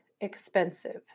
expensive